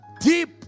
deep